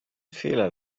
fehler